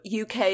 UK